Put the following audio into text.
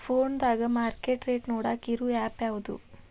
ಫೋನದಾಗ market rate ನೋಡಾಕ್ ಇರು ಆ್ಯಪ್ ಯಾವದು?